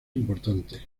importante